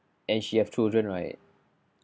and she have children right